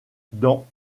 dans